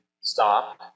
stop